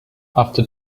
after